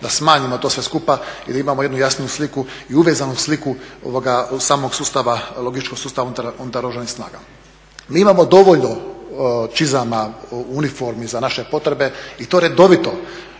da smanjimo to sve skupa i da imamo jednu jasniju sliku i uvezanu sliku samog sustava logističkog sustava unutar Oružanih snaga. Mi imamo dovoljno čizama, uniformi za naše potrebe i to redovito